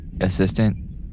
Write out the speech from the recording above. assistant